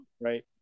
right